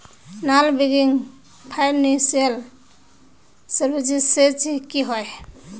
Non banking financial services की होय?